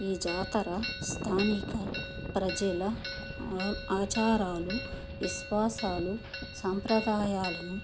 ఈ జాతర స్థానిక ప్రజల ఆచారాలు విశ్వాసాలు సంప్రదాయాలను